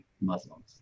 Muslims